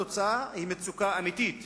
התוצאה היא מצוקה אמיתית